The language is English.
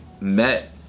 met